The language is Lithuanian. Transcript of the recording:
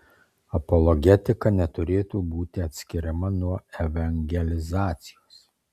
apologetika neturėtų būti atskiriama nuo evangelizacijos